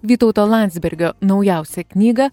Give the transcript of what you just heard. vytauto landsbergio naujausią knygą